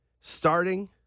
starting